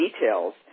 details